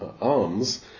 arms